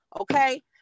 Okay